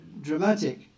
dramatic